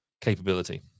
capability